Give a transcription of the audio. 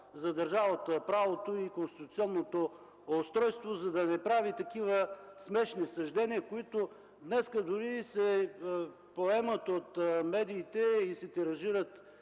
за държавата, правото и конституционното устройство, за да не прави такива смешни съждения, които днес се поемат от медиите и се тиражират